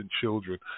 children